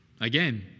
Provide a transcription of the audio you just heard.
Again